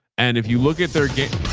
and if you look at their game,